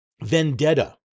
vendetta